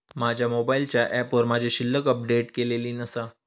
माझ्या मोबाईलच्या ऍपवर माझी शिल्लक अपडेट केलेली नसा